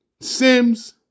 Sims